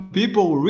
people